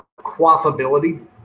Quaffability